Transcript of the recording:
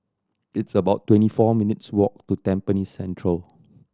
it's about twenty four minutes' walk to Tampines Central